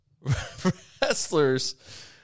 Wrestlers